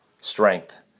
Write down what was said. strength